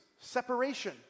separation